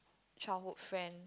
childhood friend